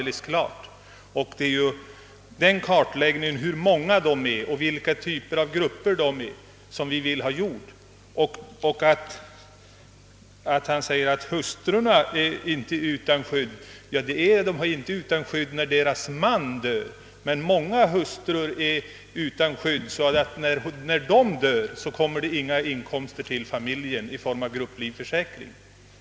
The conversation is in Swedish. Det skulle vara en kartläggning över hur stort antal personer och vilka grupper som inte är grupplivförsäkrade. Herr Fredriksson säger att hustrurna inte är utan skydd. De är inte utan skydd när deras män dör, men många hustrur saknar skydd så till vida att om de dör kommer ingen ersättning till familjerna i form av grupplivförsäkring.